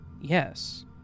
yes